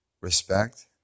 respect